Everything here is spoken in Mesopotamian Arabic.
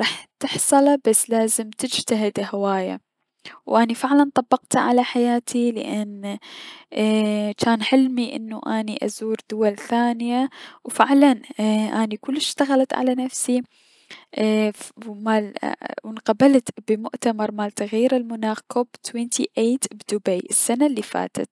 راح تحصله بس لازم تجتهد اهواية و اني فعلا طبقته على حياتي لأن جان حلمي انو اني ازور دول ثانية و فعلا اني كلش اشتغلت على نفسي و ف مال و انقبلت بمؤتمر مال التغيير المؤتمر بدبي كوب ثمانية و عشرين السنة الي فاتت.